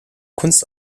kunst